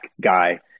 guy